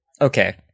okay